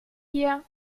hier